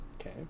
Okay